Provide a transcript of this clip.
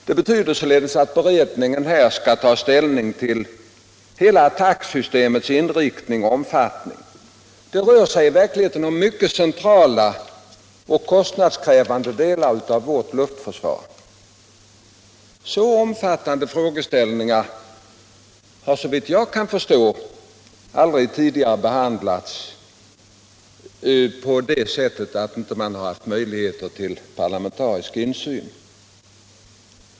Det betyder således att beredningen skall ta ställning till hela attacksystemets inriktning och omfattning. Det rör sig i verkligheten om mycket centrala och kostnadskrävande delar av vårt luftförsvar. Så omfattande frågeställningar har, såvitt jag kan förstå, aldrig tidigare behandlats på det sättet att det inte har funnits möjligheter till parlamentarisk insyn.